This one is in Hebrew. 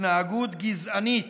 התנהגות גזענית,